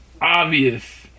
obvious